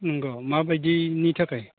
नोंगौ मा बायदिनि थाखाय